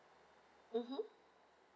mmhmm